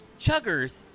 Chuggers